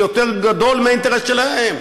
יותר גדול מהאינטרס שלהם,